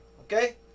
Okay